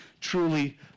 truly